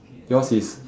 yours is